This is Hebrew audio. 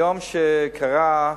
ביום שקרה,